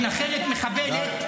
את מתנחלת מחבלת.